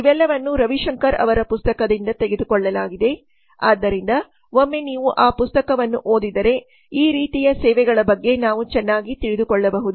ಇವೆಲ್ಲವನ್ನೂ ರವಿಶಂಕರ್ ಅವರ ಪುಸ್ತಕದಿಂದ ತೆಗೆದುಕೊಳ್ಳಲಾಗಿದೆ ಆದ್ದರಿಂದ ಒಮ್ಮೆ ನೀವು ಆ ಪುಸ್ತಕವನ್ನು ಓದಿದರೆ ಈ ರೀತಿಯ ಸೇವೆಗಳ ಬಗ್ಗೆ ನಾವು ಚೆನ್ನಾಗಿ ತಿಳಿದುಕೊಳ್ಳಬಹುದು